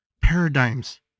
paradigms